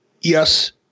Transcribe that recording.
yes